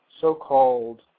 so-called